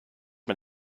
man